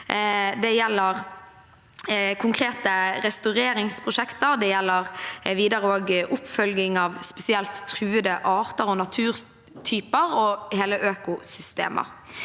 Det gjelder konkrete restaureringsprosjekter og videre oppfølging av spesielt truede arter og naturtyper og hele økosystemer.